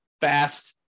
fast